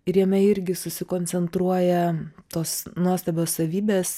ir jame irgi susikoncentruoja tos nuostabios savybės